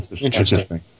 Interesting